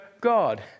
God